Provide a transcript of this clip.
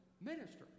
minister